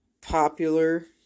popular